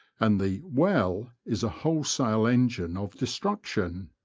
and the well is a whole sale engine of destruction.